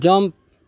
jump